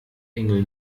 engel